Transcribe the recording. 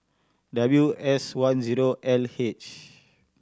W S one zero L H